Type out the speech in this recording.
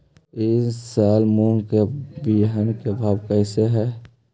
ई साल मूंग के बिहन के भाव कैसे हई?